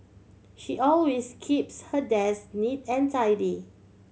she always keeps her desk neat and tidy